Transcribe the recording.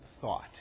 thought